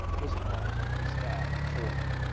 his heart is there for him.